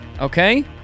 okay